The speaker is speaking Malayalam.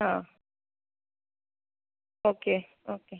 ആ ഓക്കെ ഓക്കെ